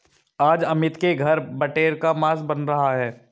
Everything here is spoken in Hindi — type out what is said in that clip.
आज अमित के घर बटेर का मांस बन रहा है